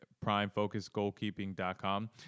PrimeFocusGoalkeeping.com